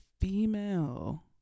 female